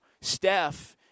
Steph –